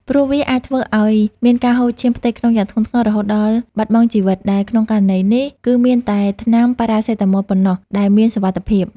ព្រោះវាអាចធ្វើឱ្យមានការហូរឈាមផ្ទៃក្នុងយ៉ាងធ្ងន់ធ្ងររហូតដល់បាត់បង់ជីវិត ដែលក្នុងករណីនេះ គឺមានតែថ្នាំប៉ារ៉ាសេតាមុលប៉ុណ្ណោះដែលមានសុវត្ថិភាព។